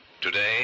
Today